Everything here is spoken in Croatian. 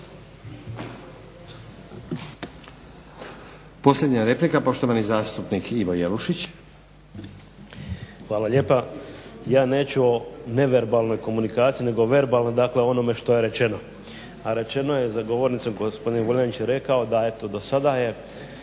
Posljednja replika, poštovani zastupnik Ivo Jelušić. **Jelušić, Ivo (SDP)** Hvala lijepa. Ja neću o neverbalnoj komunikaciji nego o verbalnoj, dakle o onome što je rečeno. A rečeno je za govornicom, gospodin Vuljanić je rekao, da eto dosada je